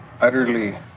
utterly